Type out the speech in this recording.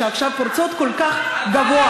שפורצות עכשיו כל כך גבוה,